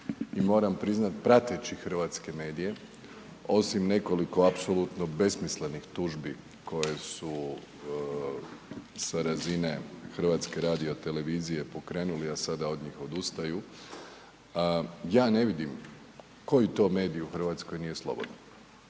moram priznat prateći hrvatske medije osim nekoliko apsolutno besmislenih tužbi koje su sa razine HRT-a pokrenuli, a sada od njih odustaju, ja ne vidim koji to medij u RH nije slobodan.